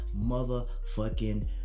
motherfucking